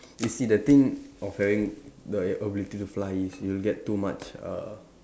you see the thing of having the ability to fly is you'll get too much err